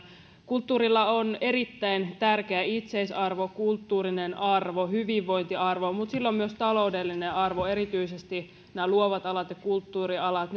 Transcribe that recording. kulttuurilla on erittäin tärkeä itseisarvo kulttuurinen arvo hyvinvointiarvo mutta sillä on myös taloudellinen arvo erityisesti luovat alat ja kulttuurialat